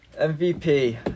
MVP